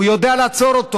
הוא יודע לעצור אותו.